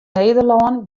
nederlân